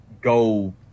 go